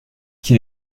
qui